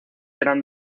eran